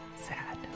Sad